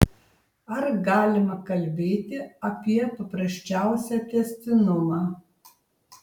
ar galima kalbėti apie paprasčiausią tęstinumą